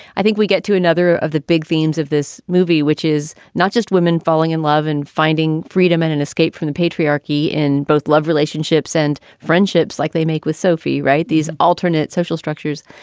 i think we get to another of the big themes of this movie, which is not just women falling in love and finding freedom and an escape from the patriarchy in both love relationships and friendships like they make with sophie. right. these alternate social structures,